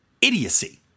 idiocy